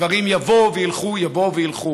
דברים יבואו וילכו, יבואו וילכו.